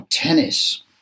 Tennis